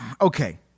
Okay